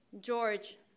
George